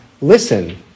listen